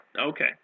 Okay